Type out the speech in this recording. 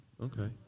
Okay